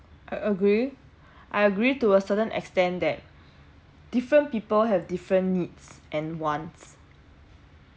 I agree I agree to a certain extent that different people have different needs and wants